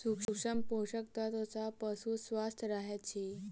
सूक्ष्म पोषक तत्व सॅ पशु स्वस्थ रहैत अछि